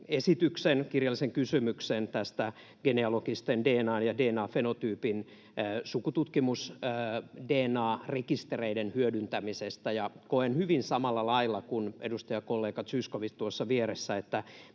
esityksen, kirjallisen kysymyksen, genealogisten dna-tutkimusten ja dna-fenotyypin, sukututkimus- ja dna-rekistereiden hyödyntämisestä. Koen hyvin samalla lailla kuin edustajakollega Zyskowicz tuossa vieressä,